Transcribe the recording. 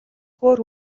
хөөр